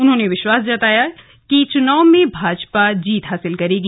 उन्होंने विश्वास जताया कि चुनाव में भाजपा जीत हासिल करेगी